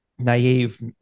naive